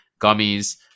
gummies